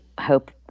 hope